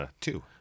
two